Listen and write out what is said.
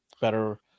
better